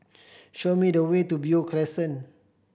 show me the way to Beo Crescent